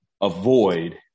avoid